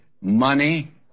money